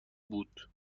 بود